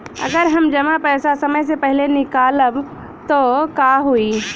अगर हम जमा पैसा समय से पहिले निकालब त का होई?